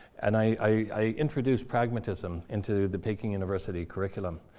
and i i introduced pragmatism into the peking university curriculum.